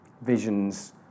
visions